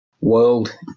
world